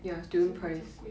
还是比较贵